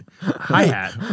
hi-hat